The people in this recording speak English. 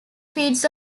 feeds